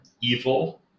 evil